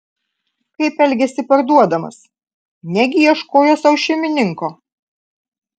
kaip elgėsi parduodamas negi ieškojo sau šeimininko